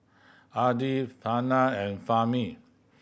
Adi Hana and Fahmi